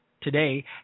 today